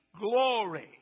glory